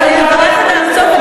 אני מברכת על המצב,